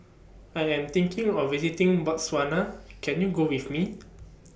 I Am thinking of visiting Botswana Can YOU Go with Me